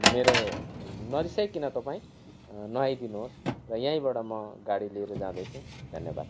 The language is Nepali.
मेरो नरिसाइकन तपाईँ नआई दिनुहोस् र यहीँबाट म गाडी लिएर जाँदैछु धन्यवाद